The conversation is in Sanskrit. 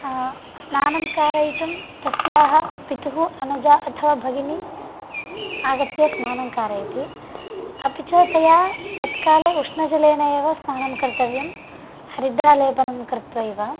स्नानं कारयितुं तस्याः पितुः अनुजा अथवा भगिनी आगत्य स्नानं कारयति अपि च तया तत्काले उष्णजलेन एव स्नानं कर्तव्यं हरिद्रालेपनं कृत्वैव